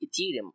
Ethereum